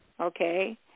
Okay